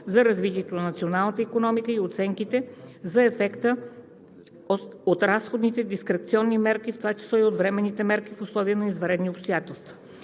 за развитието на националната икономика и оценките за ефекта от разходните дискреционни мерки, в това число и от временните мерки в условия на извънредни обстоятелства.